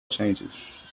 changes